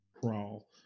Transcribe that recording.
crawl